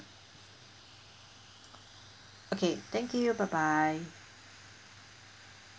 okay thank you bye bye